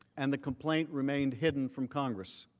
and the complaint remain hidden from congress.